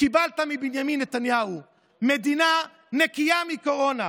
קיבלת מבנימין נתניהו מדינה נקייה מקורונה,